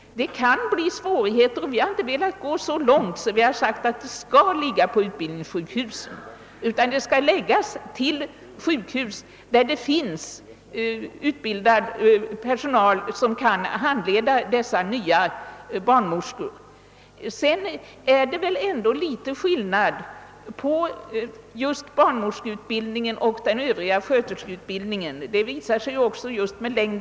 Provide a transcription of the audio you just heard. Det kan bli svårigheter, och vi har inte velat gå så långt som att säga att tjänstgöringen skall förläggas till utbildningssjukhus, utan till sjukhus, där det finns utbildad personal som kan handleda dessa nya barnmorskor. Vidare är det väl ändå någon skillnad på barnmorskeutbildning och övrig sjuksköterskeutbildning; det visar bland annat utbildningstidens längd.